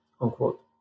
unquote